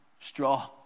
straw